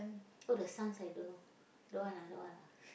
oh the sons I don't know don't want lah don't want lah